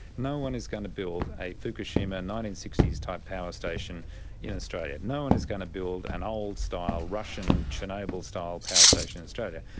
no one is going to build a fukushima nineteen sixty s type power station in australia. no one is going to build an old-style russian chernobyl-style power station in australia.